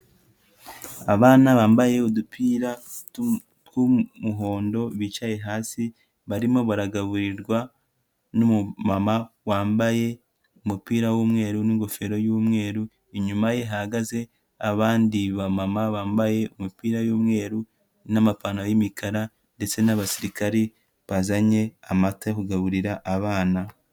Abana bambaye udupira tw'umuhondo bicaye hasi barimo baragaburirwa n'umumama wambaye umupira w'umweru n'ingofero y'umweru, inyuma ye hahagaze abandi bamama bambaye imipira y'imyeru n'amapantaro y'imikara, ndetse n'abasirikare bazanye amata yo kugaburira abana.